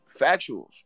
Factuals